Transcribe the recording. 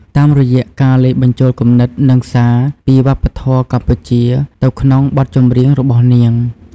តាមរយៈការលាយបញ្ចូលគំនិតនិងសារពីវប្បធម៌កម្ពុជាទៅក្នុងបទចម្រៀងរបស់នាង។